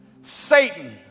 Satan